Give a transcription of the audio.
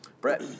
Brett